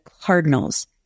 cardinals